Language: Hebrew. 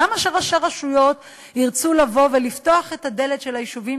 למה שראשי רשויות ירצו לבוא ולפתוח את הדלת של היישובים